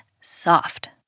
soft